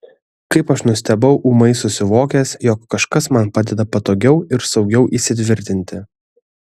kaip aš nustebau ūmai susivokęs jog kažkas man padeda patogiau ir saugiau įsitvirtinti